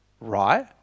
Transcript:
right